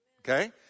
Okay